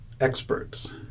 experts